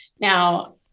Now